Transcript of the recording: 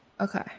Okay